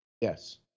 Yes